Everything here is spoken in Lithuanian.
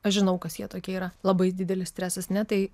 aš žinau kas jie tokie yra labai didelis stresas ar ne tai